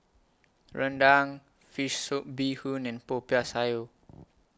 Rendang Fish Soup Bee Hoon and Popiah Sayur